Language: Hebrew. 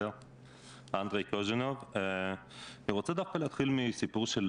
אני רוצה דווקא להתחיל מסיפור של